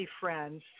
friends